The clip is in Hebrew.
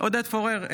עודד פורר,